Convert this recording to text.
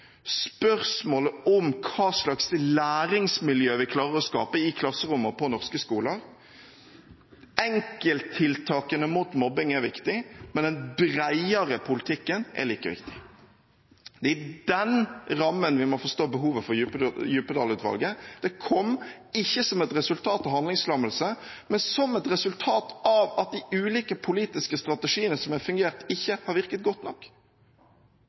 Spørsmålet er hva slags læringsmiljø vi klarer å skape i klasserommet på norske skoler. Enkelttiltakene mot mobbing er viktig, men den bredere politikken er like viktig. Det er i den rammen vi må forstå behovet for Djupedal-utvalget. Det kom ikke som et resultat av handlingslammelse, men som et resultat av at de ulike politiske strategiene ikke har virket godt nok.